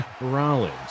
Rollins